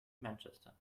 manchester